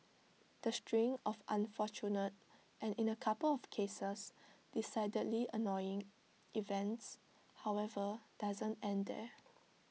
the string of unfortunate and in A couple of cases decidedly annoying events however doesn't end there